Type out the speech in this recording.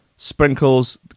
sprinkles